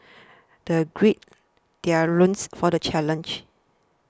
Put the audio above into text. they gird their loins for the challenge